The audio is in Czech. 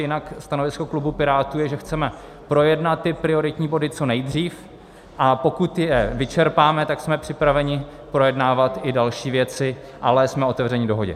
Jinak stanovisko klubu Pirátů je, že chceme projednat prioritní body co nejdřív, a pokud je vyčerpáme, tak jsme připraveni projednávat i další věci, ale jsme otevření dohodě.